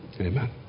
Amen